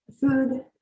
food